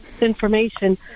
information